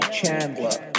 Chandler